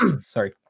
sorry